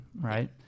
Right